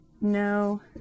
no